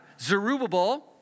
Zerubbabel